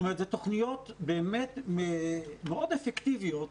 זאת תוכניות באמת מאוד אפקטיביות,